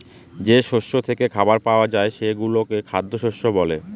যে শস্য থেকে খাবার পাওয়া যায় সেগুলোকে খ্যাদ্যশস্য বলে